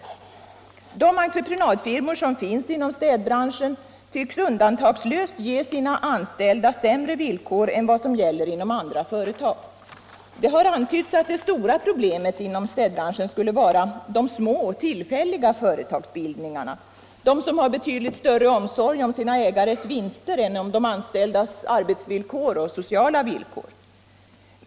De entreprenadfirmor som finns inom städbranschen tycks undantagslöst ge sina anställda sämre villkor än vad som gäller inom andra företag. Det har antytts att det stora problemet inom städbranschen skulle vara de små, tillfälliga företagsbildningarna, som har betydligt större omsorg om ägarnas vinster än om de anställdas arbetsvillkor och sociala villkor.